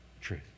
truth